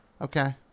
Okay